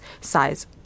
size